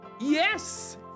yes